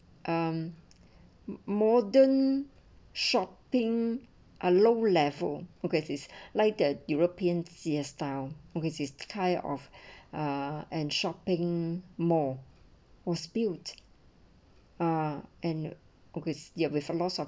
um moden shopping a low level because is like the european yes style oases tie of ah and shopping mall was built are an obvious ya with a lost of